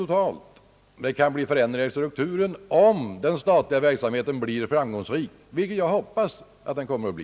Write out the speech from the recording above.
Det kan bli förändringar i strukturen om den statliga verksamheten blir framgångsrik, vilket jag hoppas att den kommer att bli.